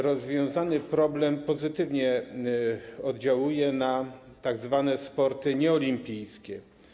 Rozwiązany problem pozytywnie oddziałuje na tzw. sporty nieolimpijskie.